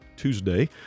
Tuesday